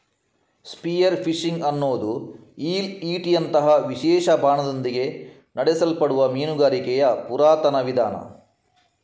spear fishing ಅನ್ನುದು ಈಲ್ ಈಟಿಯಂತಹ ವಿಶೇಷ ಬಾಣದೊಂದಿಗೆ ನಡೆಸಲ್ಪಡುವ ಮೀನುಗಾರಿಕೆಯ ಪುರಾತನ ವಿಧಾನ